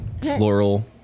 floral